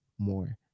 more